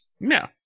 No